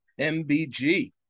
mbg